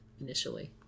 initially